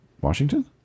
Washington